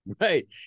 Right